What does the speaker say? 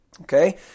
Okay